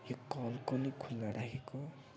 यो कल कोले खुला राखेको